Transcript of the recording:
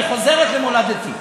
אני חוזרת למולדתי.